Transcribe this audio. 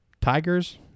Tigers